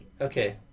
Okay